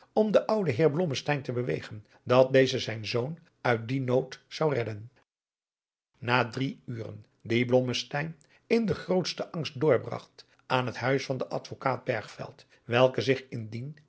om den ouden heer blommesteyn te bewegen dat deze zijn zoon uit dien nood zou redden na drie uren die blommesteyn in den adriaan loosjes pzn het leven van johannes wouter blommesteyn grootsten angst doorbragt aan het huis van den advokaat bergveld welke zich